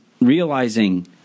realizing